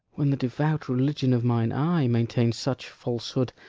when the devout religion of mine eye maintains such falsehood,